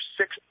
six